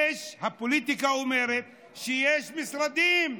הפוליטיקה אומרת שיש משרדים,